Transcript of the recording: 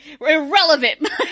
irrelevant